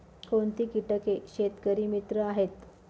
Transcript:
कोणती किटके शेतकरी मित्र आहेत?